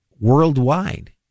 worldwide